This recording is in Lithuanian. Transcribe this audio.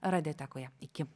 radiotekoje iki